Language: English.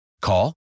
Call